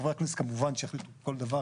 חברי הכנסת כמובן שיחליטו כל דבר.